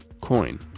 Coin